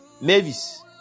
Mavis